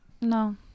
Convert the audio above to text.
No